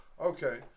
Okay